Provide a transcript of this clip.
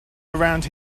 around